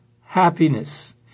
happiness